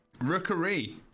Rookery